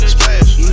Splash